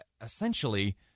essentially